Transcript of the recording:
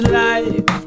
life